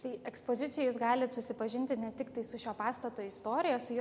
tai ekspozicijoj jūs galit susipažinti ne tiktai su šio pastato istorija su jo